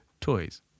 toys